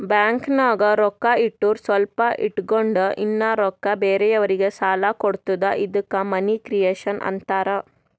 ಬ್ಯಾಂಕ್ನಾಗ್ ರೊಕ್ಕಾ ಇಟ್ಟುರ್ ಸ್ವಲ್ಪ ಇಟ್ಗೊಂಡ್ ಇನ್ನಾ ರೊಕ್ಕಾ ಬೇರೆಯವ್ರಿಗಿ ಸಾಲ ಕೊಡ್ತುದ ಇದ್ದುಕ್ ಮನಿ ಕ್ರಿಯೇಷನ್ ಆಂತಾರ್